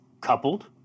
coupled